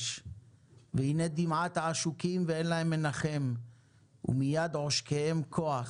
והנה דמעת העשוקים ואין להם מנחם ומייד עושקיהם כוח